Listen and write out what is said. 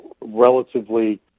relatively